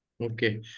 Okay